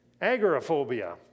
agoraphobia